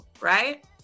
right